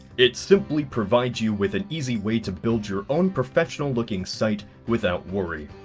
it simply provides you with an easy way, to build your own professional looking site, without worry.